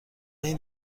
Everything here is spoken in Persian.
این